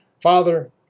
Father